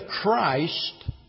Christ